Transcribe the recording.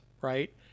right